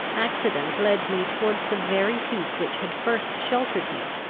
accident led me towards the very heath which had first sheltered me,